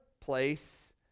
place